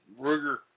Ruger